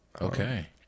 Okay